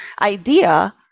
idea